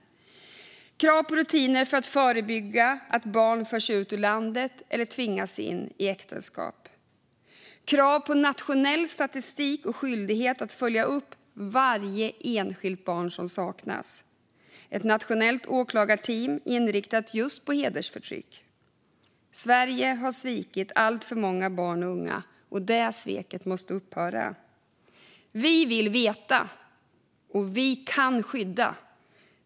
Det måste till krav på rutiner för att förebygga att barns förs ut ur landet eller tvingas in i äktenskap, krav på nationell statistik, skyldighet att följa upp varje enskilt barn som saknas och ett nationellt åklagarteam inriktat på just hedersförtryck. Sverige har svikit alltför många barn och unga. Det sveket måste upphöra. Vi vill veta, och vi kan skydda.